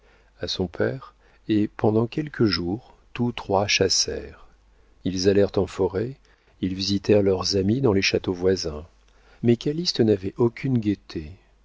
à son père et pendant quelques jours tous trois chassèrent ils allèrent en forêt ils visitèrent leurs amis dans les châteaux voisins mais calyste n'avait aucune gaieté